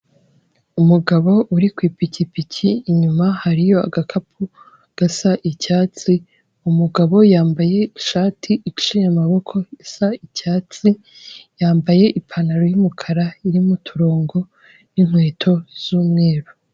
Umugabo uri ku ipikipiki inyuma hari agakapu gasa icyatsi, umugabo yambaye ishati iciye amaboko isa icyatsi, yambaye ipantaro y'umukara irimo uturongo n'inkweto z'umweru.